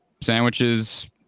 sandwiches